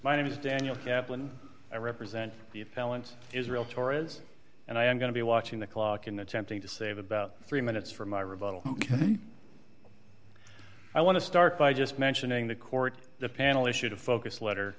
my name is daniel kaplan i represent the balance israel torahs and i am going to be watching the clock in attempting to save about three minutes from my rebuttal ok i want to start by just mentioning the court the panel issued a focus letter